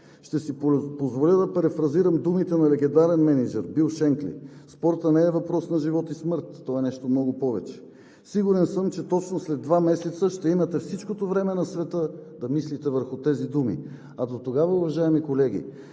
Ще си позволя да перифразирам думите на легендарен мениджър – Бил Шенкли: „Спортът не е въпрос на живот и смърт, той е нещо много повече.“ Сигурен съм, че точно след два месеца ще имате всичкото време на света да мислите върху тези думи. А дотогава, уважаеми колеги,